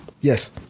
Yes